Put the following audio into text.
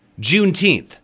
Juneteenth